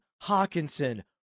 Hawkinson